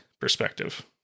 perspective